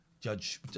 Judge